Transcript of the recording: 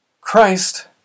Christ